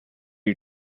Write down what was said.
you